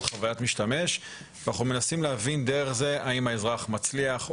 חוויית משתמש ואנחנו מנסים להבין דרך זה האם האזרח מצליח,